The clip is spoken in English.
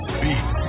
beat